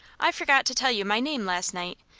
i forgot to tell you my name last night.